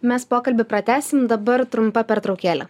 mes pokalbį pratęsim dabar trumpa pertraukėlė